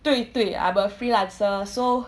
对对 I'm a freelancer so